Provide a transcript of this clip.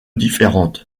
différentes